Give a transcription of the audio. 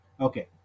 Okay